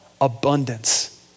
abundance